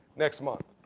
next month.